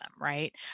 right